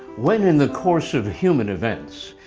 when in the course of human events,